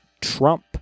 Trump